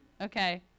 okay